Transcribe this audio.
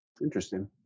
Interesting